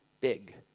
big